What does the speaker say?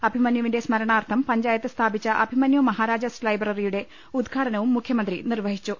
അഭിമന്യുവിന്റെ സ്മരണാർത്ഥം പഞ്ചായത്ത് സ്ഥാപിച്ച അഭിമന്യു മഹാരാജാസ് ലൈബ്രറിയുടെ ഉദ്ഘാടനവും മുഖ്യമന്ത്രി നിർവഹിച്ചു